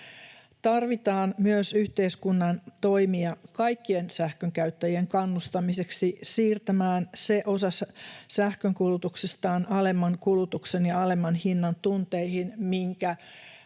Tarvitaan myös yhteiskunnan toimia kaikkien sähkönkäyttä-jien kannustamiseksi siirtämään se osa sähkönkulutuksestaan alemman kulutuksen ja alemman hinnan tunteihin, minkä